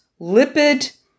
lipid